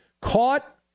caught